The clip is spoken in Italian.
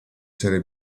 serie